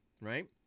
right